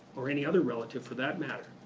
or any other relative for that matter